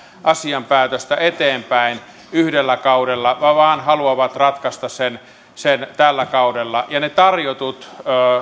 asian päätöstä eteenpäin yhdellä kaudella vaan haluavat ratkaista sen tällä kaudella ja ne tarjotut